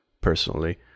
personally